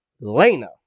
Lena